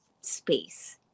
space